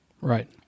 right